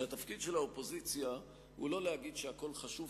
שהתפקיד של האופוזיציה הוא לא להגיד שהכול חשוב,